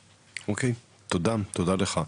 אוקי, תודה, תודה לך.